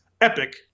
epic